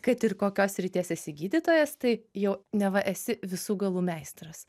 kad ir kokios srities esi gydytojas tai jau neva esi visų galų meistras